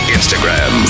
Instagram